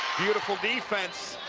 beautiful defense.